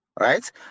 Right